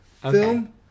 film